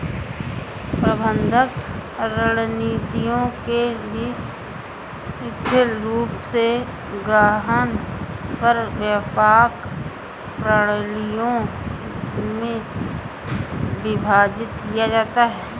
प्रबंधन रणनीतियों को भी शिथिल रूप से गहन और व्यापक प्रणालियों में विभाजित किया जाता है